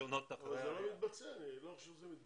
אני לא חושב שזה מתבצע.